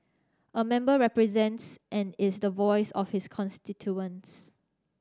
a member represents and is the voice of his constituents